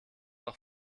auch